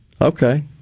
Okay